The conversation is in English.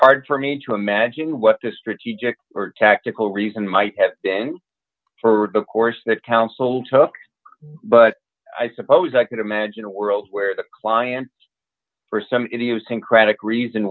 hard for me to imagine what this strategic or tactical reason might have been for the course that counsel took but i suppose i could imagine a world where the client for some idiosyncratic reason